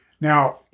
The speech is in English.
Now